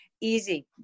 Easy